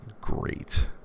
great